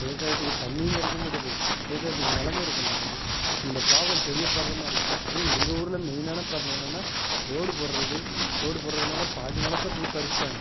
விவசாயத்துக்கு தண்ணியும் கிடைக்க மாட்டுது விவசாயத்துக்கு நிலமும் இருக்க மாட்டுது இந்த ப்ராப்ளம் பெரிய ப்ராப்ளமாக இருக்கு அதுவும் எங்கள் ஊர்ல மெய்ன்னான ப்ராப்ளம் என்னனா ரோடு போடுறது ரோடு போடுறதுனால பாதி நிலத்த இப்படி பறிச்சிட்டாங்க